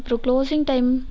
அப்றம் closing time